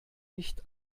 nicht